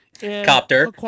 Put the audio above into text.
copter